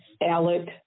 ALEC